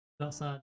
outside